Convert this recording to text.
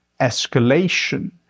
escalation